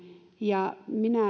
ja